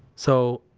so,